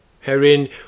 Herein